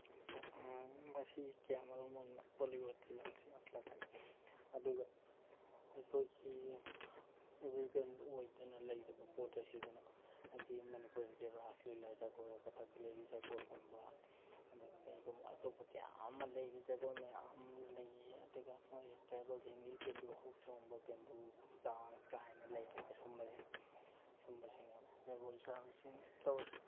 ꯃꯁꯤ ꯀꯌꯥꯃꯔꯨꯝ ꯑꯃꯅ ꯕꯣꯂꯤꯋꯨꯠꯇ ꯌꯥꯝꯅ ꯊꯤꯅ ꯑꯗꯨꯒ ꯑꯩꯈꯣꯏꯒꯤ ꯏꯕꯔꯒ꯭ꯔꯤꯟ ꯑꯣꯏꯗꯨꯅ ꯂꯩꯔꯤꯕ ꯄꯣꯠ ꯑꯁꯤꯗꯅ ꯍꯥꯏꯕꯗꯤ ꯃꯅꯤꯄꯨꯔꯒꯤ ꯔꯥꯁ ꯂꯤꯂꯥ ꯖꯒꯣꯏ ꯀꯊꯛꯀꯂꯤꯒꯤ ꯖꯒꯣꯏꯒꯨꯝꯕ ꯑꯗꯨꯒ ꯀꯩꯒꯨꯝꯕ ꯑꯇꯣꯞꯄ ꯀꯌꯥ ꯑꯃ ꯂꯩꯔꯤ ꯖꯒꯣꯏ ꯃꯌꯥꯝ ꯑꯃ ꯂꯩꯌꯦ ꯑꯗꯨꯒ ꯃꯣꯏ ꯇ꯭ꯔꯥꯏꯕꯦꯜꯁꯤꯡꯒꯤ ꯕꯦꯝꯕꯨ ꯍꯧ ꯆꯣꯡꯕ ꯕꯦꯝꯕꯨ ꯗꯥꯟꯁ ꯀꯥꯏꯅ ꯂꯩꯔꯤꯕ ꯁꯨꯝꯕꯁꯦ ꯁꯨꯝꯕꯁꯤꯅꯤ ꯖꯒꯣꯏ ꯁꯥꯕꯁꯤꯡꯅ ꯇꯧꯔꯤꯁꯦ